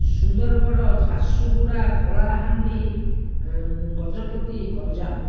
Sundargarh Jharsuguda Kalahandi Gajapati Ganjam